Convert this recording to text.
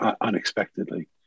unexpectedly